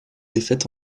défaites